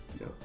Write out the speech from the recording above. No